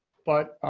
but,